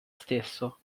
stesso